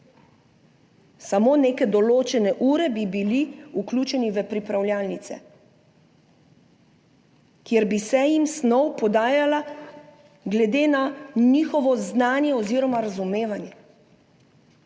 samo neke določene ure bi bili vključeni v pripravljalnice, kjer bi se jim snov podajala glede na njihovo znanje oziroma razumevanje,